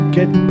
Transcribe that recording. Get